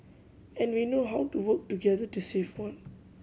and we know how to work together to save one